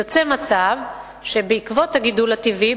יוצא מצב שבעקבות הגידול הטבעי,